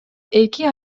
эки